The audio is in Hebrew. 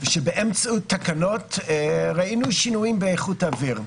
כשבאמצע התקנות ראינו שינויים באיכות האוויר.